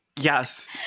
yes